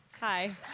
Hi